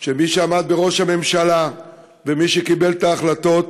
של מי שעמד בראש הממשלה ומי שקיבל את ההחלטות